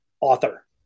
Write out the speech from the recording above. author